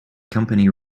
company